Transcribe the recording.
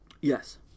Yes